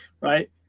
right